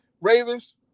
Ravens